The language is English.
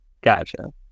Gotcha